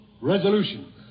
resolution